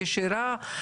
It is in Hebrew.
ישירה,